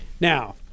Now